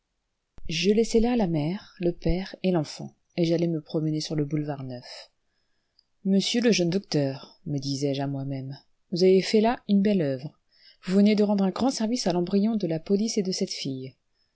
je laissai là la mère le père et l'enfant et j'allai me promener sur le boulevard neuf monsieur le jeune docteur me disais-je à moi-même vous avez fait là une belle oeuvre vous venez de rendre un grand service à l'embryon de la police et de cette fille